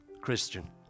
Christian